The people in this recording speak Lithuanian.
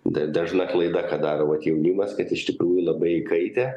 da dažna klaida ką darot vat jaunimas kad iš tikrųjų labai įkaitę